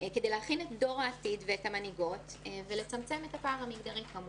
כדי להכין את דור העתיד ואת המנהיגות ולצמצם את הפער המגדרי כמובן.